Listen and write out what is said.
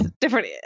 different